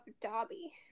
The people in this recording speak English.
Dobby